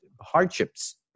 hardships